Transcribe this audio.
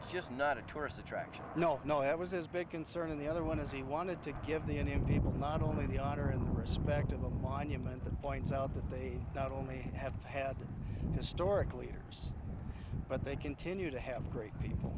it's just not a tourist attraction no no it was as big concern in the other one as he wanted to give the indian people not only the honor and respect a monument that points out that they not only have had historically years but they continue to have great people